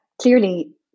clearly